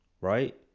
right